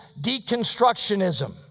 deconstructionism